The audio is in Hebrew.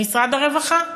למשרד הרווחה.